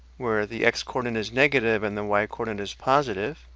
where the x quadrant is negative and the y quadrant is positive.